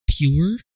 pure